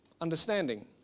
understanding